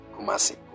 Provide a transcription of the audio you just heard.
Kumasi